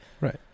Right